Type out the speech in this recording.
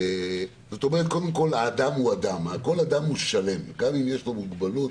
קודם כל האדם הוא אדם והוא שלם גם אם יש לו מוגבלות,